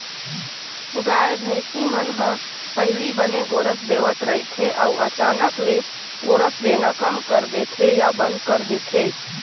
गाय, भइसी मन ह पहिली बने गोरस देवत रहिथे अउ अचानक ले गोरस देना कम कर देथे या बंद कर देथे